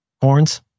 Horns